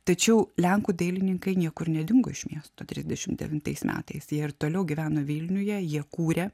tačiau lenkų dailininkai niekur nedingo iš miesto trisdešimt devintais metais jie ir toliau gyveno vilniuje jie kūrė